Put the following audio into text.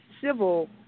civil